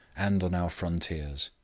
and on our frontiers.